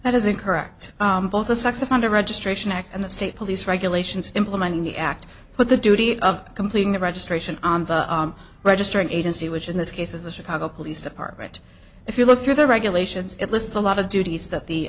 that is incorrect both the sex offender registration act and the state police regulations implementing the act but the duty of completing the registration registering agency which in this case is the chicago police department if you look through the regulations it lists a lot of duties that the